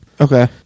Okay